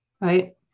right